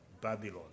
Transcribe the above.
Babylon